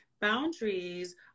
boundaries